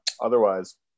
otherwise